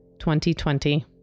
2020